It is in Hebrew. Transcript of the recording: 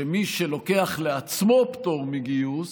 שמי שלוקח לעצמו פטור מגיוס